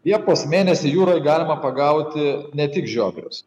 liepos mėnesį jūroj galima pagauti ne tik žiobrius